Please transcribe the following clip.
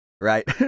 Right